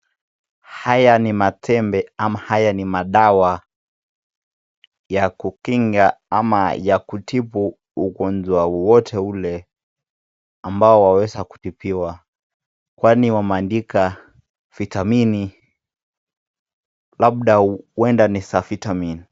Haya ni matembe ama haya ni madawa ya kukinga ama ya kutibu ugonjwa wowote ule ambao waweza kutibiwa kwani wameandika vitamin labda uenda ni za vitamin .